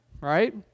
right